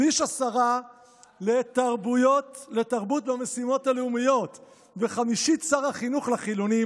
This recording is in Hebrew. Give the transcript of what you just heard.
שליש השרה לתרבות במשימות הלאומיות וחמישית שר החינוך לחילונים,